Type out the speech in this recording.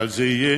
אבל זה יהיה,